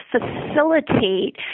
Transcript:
facilitate